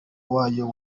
wayo